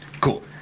Cool